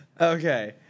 Okay